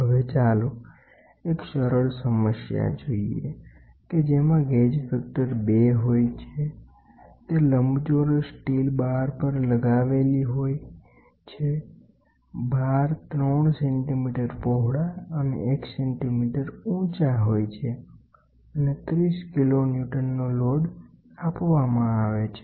હવે ચાલો એક સરળ સમસ્યા જોઈએ કે જેમાં ગેજ ફેક્ટર 2 હોય તે લંબચોરસ સ્ટીલ બાર પર લગાવેલી હોય છે બાર 3 સેન્ટિમીટર પહોળા અને 1 સેન્ટિમીટર ઊંચા હોય છે અને 30 કિલો ન્યુટનનો લોડ આપવામાં આવે છે